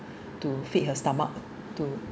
to fit her stomach to